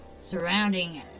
Surrounding